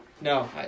no